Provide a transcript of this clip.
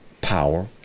power